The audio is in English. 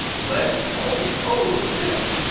let's, oh, oh, look at this.